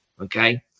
okay